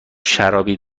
شرابی